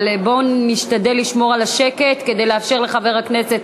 אבל בואו נשתדל לשמור על השקט כדי לאפשר לחבר הכנסת